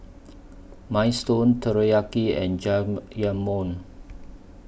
Minestrone Teriyaki and Jajangmyeon